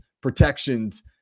protections